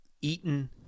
eaten